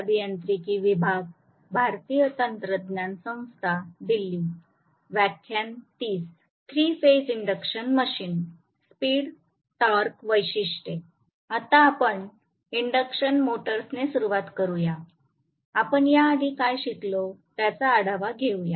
आता आपण इंडक्शन मोटर्सने सुरुवात करूया आपण या आधी काय शिकलो त्याचा आढावा घेऊया